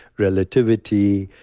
relativity,